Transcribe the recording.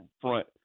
front